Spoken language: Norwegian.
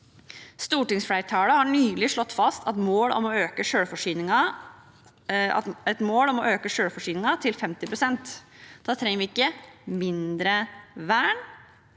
Stortingsflertallet har nylig slått fast et mål om å øke selvforsyningsgraden til 50 pst. Da trenger vi ikke mindre vern,